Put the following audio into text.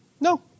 No